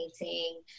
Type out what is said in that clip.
painting